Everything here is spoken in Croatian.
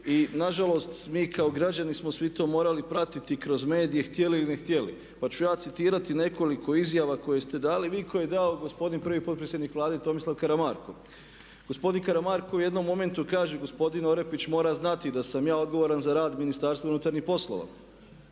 I nažalost mi kao građani smo svi to morali pratiti kroz medije htjeli ili ne htjeli. Pa ću ja citirati nekoliko izjava koje ste dali vi i koje je dao gospodin prvi potpredsjednik Vlade Tomislav Karamarko. Gospodin Karamarko u jednom momentu kaže gospodin Orepić mora znati da sam ja odgovoran za rad Ministarstva unutarnjih poslova.